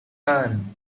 earn